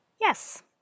yes